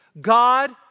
God